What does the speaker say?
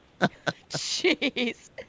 Jeez